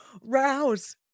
Rouse